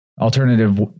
alternative